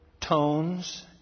tones